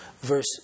verse